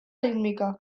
rítmica